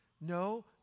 No